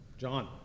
John